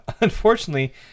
Unfortunately